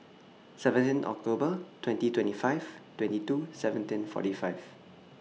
seventeen October twenty twenty five twenty two seventeen forty five